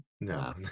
no